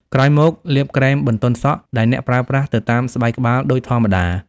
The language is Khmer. ក្រោយមក លាបក្រែមបន្ទន់សក់ដែលអ្នកប្រើប្រាស់ទៅតាមស្បែកក្បាលដូចធម្មតា។